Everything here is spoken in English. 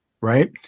right